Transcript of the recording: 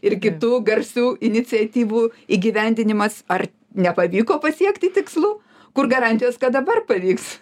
ir kitų garsių iniciatyvų įgyvendinimas ar nepavyko pasiekti tikslų kur garantijos kad dabar pavyks